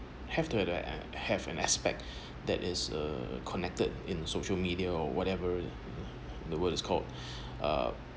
have to have an have an aspect that is a connected in social media or whatever the word is called uh